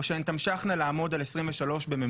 או שהן תמשכנה לעמוד על 23 בממוצע?